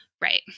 Right